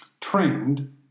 trained